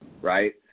right